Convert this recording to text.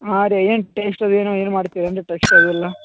ಹಾಂ ರೀ ಏನು ಟೆಸ್ಟ್ ಅದೇನೋ ಏನು ಮಾಡ್ತೀರಿ ಏನು ರೀ ಟೆಸ್ಟ್ ಅದೆಲ್ಲ